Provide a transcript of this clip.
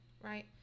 right